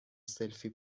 سلفی